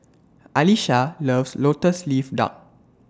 Alisha loves Lotus Leaf Duck